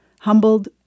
Humbled